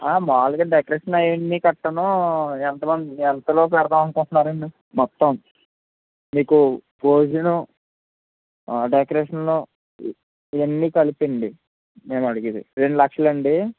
మామూలుగా డెకరేషన్ అవన్నీ గట్రా ఎంతమం ఎంతలో పెడదామనుకుంటున్నారండి మొత్తం మీకు భోజనం డెకరేషను ఇవన్నీ కలిపండి మేము అడిగేది రెండు లక్షలండి